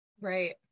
Right